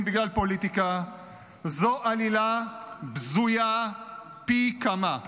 בגלל פוליטיקה זו עלילה בזויה פי כמה.